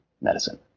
medicine